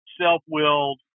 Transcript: self-willed